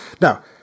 now